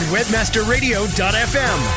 Webmasterradio.fm